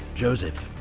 joseph.